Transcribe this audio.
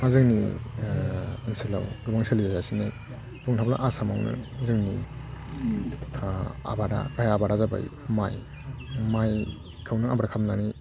जोंनि ओनसोलाव गोबां सोलिजासिननाय बुंनो थाङोब्ला आसामावनो जोंनि आबादा गाहाय आबादा जाबाय माइ माइखौनो आबाद खालामनानै